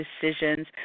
decisions